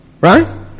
Right